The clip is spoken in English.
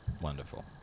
Wonderful